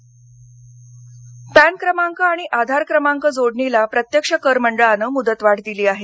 pan Aadhaar PAN क्रमांक आणि आधार क्रमांक जोडणीला प्रत्यक्ष कर मंडळानं मुदतवाढ दिली आहे